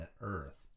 earth